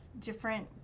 different